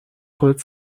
خودت